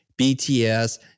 BTS